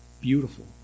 Beautiful